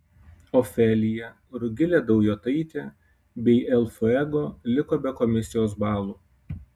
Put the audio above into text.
ofelija rugilė daujotaitė bei el fuego liko be komisijos balų